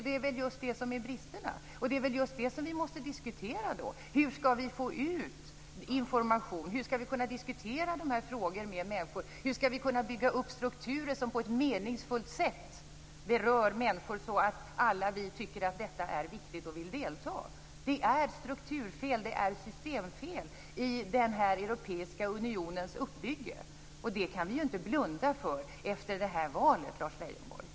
Det är just det som är bristen, och det är väl just det som vi måste diskutera. Hur skall vi få ut information? Hur skall vi kunna diskutera dessa frågor med människor? Hur skall vi kunna bygga upp strukturer som på ett meningsfullt sätt berör människor så att vi alla tycker att det är viktigt och vill delta i det? Det är strukturfel, det är systemfel i den europeiska unionens uppbyggnad, och det kan vi ju inte blunda för efter det här valet, Lars Leijonborg.